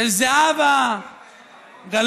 של זהבה גלאון,